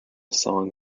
song